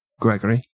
Gregory